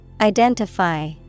Identify